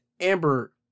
Amber